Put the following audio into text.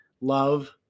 love